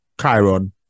Chiron